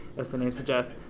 as the name suggests,